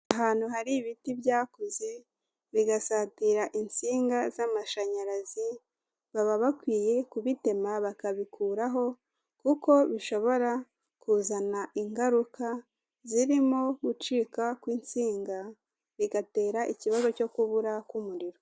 Ahantu hari ibiti byakuze bigasatira insinga z'amashanyarazi, baba bakwiye kubitema bakabikuraho, kuko bishobora kuzana ingaruka zirimo gucika kw'insinga bigatera ikibazo cyo kubura k'umuriro.